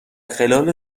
خلال